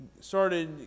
started